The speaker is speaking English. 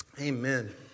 Amen